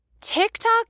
TikTok